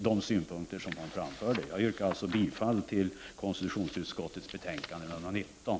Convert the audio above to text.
Jag yrkar alltså bifall till utskottets hemställan i konstitutionsutskottets betänkande 19.